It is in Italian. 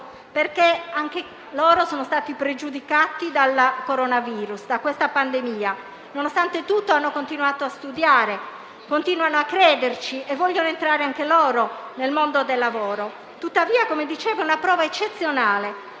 perché anche loro sono stati pregiudicati dal coronavirus e da questa pandemia. Nonostante tutto hanno continuato a studiare, continuano a crederci e vogliono entrare anche loro nel mondo del lavoro. Tuttavia, come dicevo, è una prova eccezionale,